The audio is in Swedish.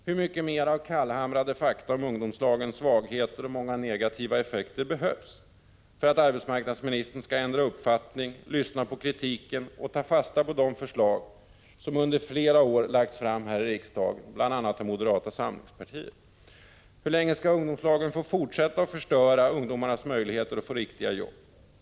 Hur mycket mer av kallhamrade fakta om ungdomslagens svagheter och många negativa effekter behövs för att arbetsmarknadsministern skall ändra uppfattning, lyssna på kritiken och ta fasta på de förslag som under flera år lagts fram här i riksdagen, bl.a. av moderata samlingspartiet? Hur länge skall ungdomslagen få fortsätta att förstöra ungdomarnas möjligheter att få riktiga jobb?